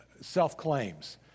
self-claims